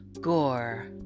gore